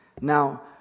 Now